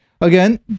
Again